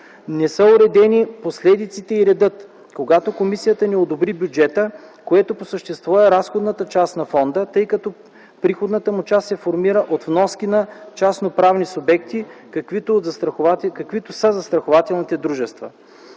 Не са уредени последиците и редът, когато комисията не одобри бюджета, което по същество е разходната част на Фонда, тъй като приходната му част се формира от вноски на частноправни субекти, каквито са застрахователните дружества.